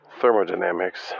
thermodynamics